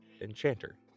enchanter